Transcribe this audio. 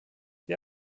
wir